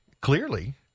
clearly –